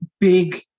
big